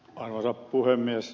arvoisa puhemies